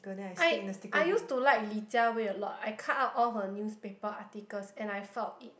I I used to like Li-Jia-Wei a lot I cut out all her newspaper articles and I filed it